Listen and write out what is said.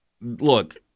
look